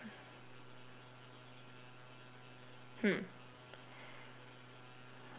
hmm